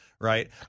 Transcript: right